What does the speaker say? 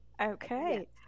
Okay